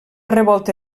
revolta